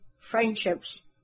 friendships